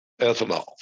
ethanol